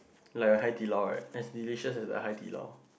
like a Hai-Di-Lao right as delicious as the Hai-Di-Lao